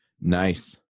Nice